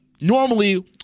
normally